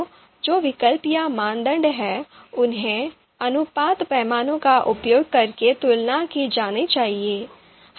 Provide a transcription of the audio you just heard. तो जो विकल्प या मानदंड हैं उन्हें अनुपात पैमाने का उपयोग करके तुलना की जानी चाहिए